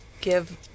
give